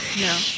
No